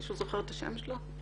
מישהו זוכר את שמו?